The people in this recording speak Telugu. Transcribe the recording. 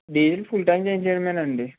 డీజిల్ ఫుల్ ట్యాంక్ చేయించేడమే అండి